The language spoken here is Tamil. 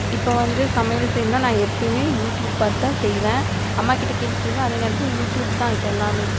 இப்போ வந்து சமையல் செய்யணுனா நான் எப்பைவுமே யூடியூப் பார்த்தாதான் செய்வேன் அம்மா கிட்டே கேட்டு செய்வேன் அதே நேரத்தில் யூடியூப் தான் இப்போ எல்லாமே